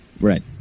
right